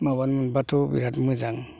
माबानो मोनबाथ' बिराथ मोजां